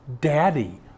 Daddy